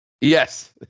Yes